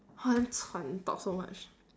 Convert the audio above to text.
damn 喘 talk so much